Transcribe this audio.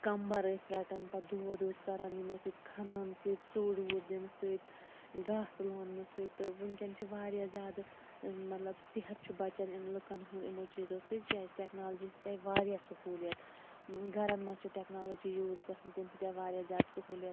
کَمبَر ٲسۍ رَٹان پَتہٕ دود اوس کَران یِمو سۭتۍ کھَنَان سۭتۍ ژُڑ وُڑ دِنہٕ سۭتۍ گاسہٕ لوننہٕ سۭتۍ تہٕ وٕنکٮ۪ن چھُ واریاہ زیادٕ مَطلَب صحت چھُ بَچَن لُکَن ہُنٛد یِمو چیٖزو سۭتۍ کیازِ ٹیٚکنالجی سۭتۍ آیہِ واریاہ سہوٗلیَت گَرَن مَنٛز چھِ ٹیٚکنالجی یوٗز گَژھان تمہِ سۭتۍ آو واریاہ زیادٕ سہوٗلیت تہٕ